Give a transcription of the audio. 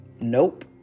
Nope